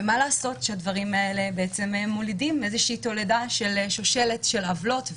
ומה לעשות שהדברים האלה מולידים איזושהי תולדה של שושלת של עוולות.